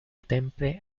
temple